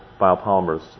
biopolymers